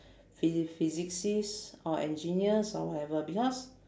phy~ physicist or engineers or whatever because